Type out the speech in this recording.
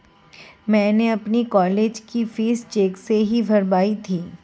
मैंने अपनी कॉलेज की फीस चेक से ही भरवाई थी